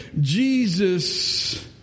Jesus